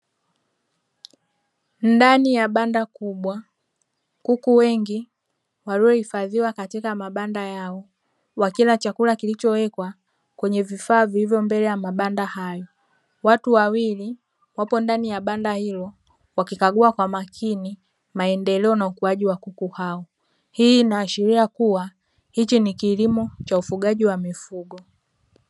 Ndani ya banda kubwa kuku wengi waliohifadhiwa katika mabanda yao wakila chakula kilichowekwa kwenye vifaa vilivyo mbele ya mabanda hayo. Watu wawili wapo ndani ya mabanda hilo wakikagua kwa makini maendeleo na ukuaji wa kuku hao. Hii inaashiria kuwa hichi ni kilimo cha ufugaji wa mifugo.